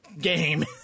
game